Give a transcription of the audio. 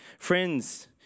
Friends